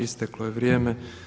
Isteklo je vrijeme.